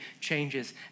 changes